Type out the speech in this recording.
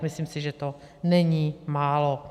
Myslím si, že to není málo.